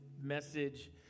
message